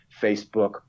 Facebook